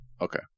Okay